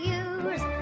use